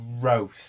gross